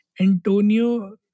Antonio